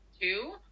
two